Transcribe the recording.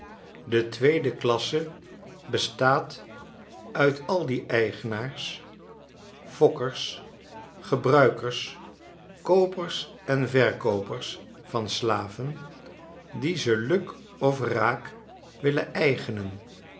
de tweede klasse bestaat uit al die eigenaars fokkers gebruikers koopers en verkoopers van slaven die ze luk of raak will en eigenen